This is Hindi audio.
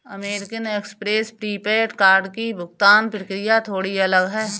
अमेरिकन एक्सप्रेस प्रीपेड कार्ड की भुगतान प्रक्रिया थोड़ी अलग है